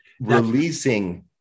Releasing